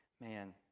Man